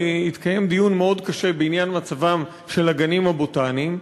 התקיים דיון מאוד קשה בעניין מצבם של הגנים הבוטניים,